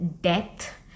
death